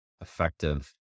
effective